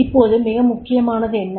இப்போது மிக முக்கியமானது என்ன